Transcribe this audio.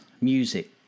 music